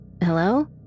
Hello